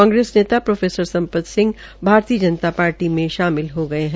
कांग्रेस नेता pro Sampat Singh Bharatiya Janata party में शामिल हो गये हैं